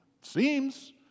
Seems